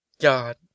God